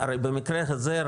הרי במקרה הזה,